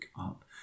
up